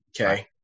okay